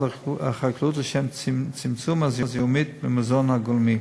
החקלאות לצמצום הזיהומים במזון הגולמי.